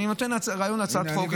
אני נותן רעיון להצעת חוק.